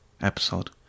episode